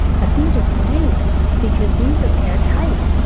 but these are great because these are airtight.